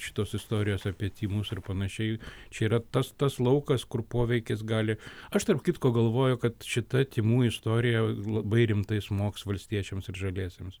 šitos istorijos apie tymus ir panašiai čia yra tas tas laukas kur poveikis gali aš tarp kitko galvoju kad šita tymų istorija labai rimtai smogs valstiečiams ir žaliesiems